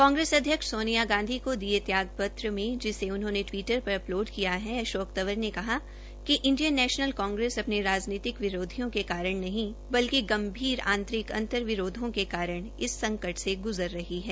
कांग्रस अध्यक्ष सोनिया गांधी को दिये त्याग पत्र में जिसे उन्होंने टिवीटर पर उपलोड किया है अशोक तंवर ने कहा है कि इंडियन नैशनल कांग्रेस अपने राजनीतिक विरोधियों के कारण नहीं बलिक गंभीर आंतरिक अंतविरोधियों के कारण इस संकट से गुज़र रही है